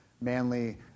manly